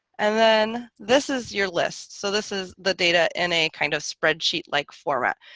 and then this is your list. so this is the data in a kind of spreadsheet like format.